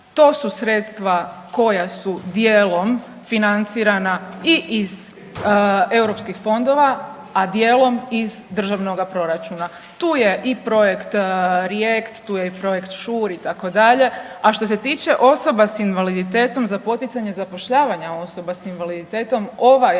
to su sredstva koja su dijelom financirana i iz europskih fondova, a dijelom iz državnoga proračuna. Tu je i projekt RIEKT, tu je i projekt ŠUR itd. A što se tiče osoba sa invaliditetom za poticanje zapošljavanja osoba s invaliditetom ova je